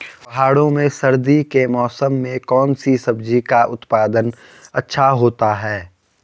पहाड़ों में सर्दी के मौसम में कौन सी सब्जी का उत्पादन अच्छा होता है?